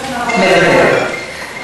מוותרת,